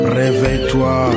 réveille-toi